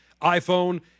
iPhone